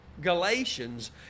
Galatians